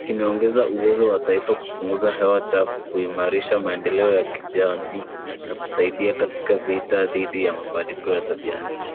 Kimeongeza uwezo wa taifa kupunguza hewa chafu, kuimarisha maendeleo ya kijani na kusaidia katika vita dhidi ya mabadiliko ya tabia nchi.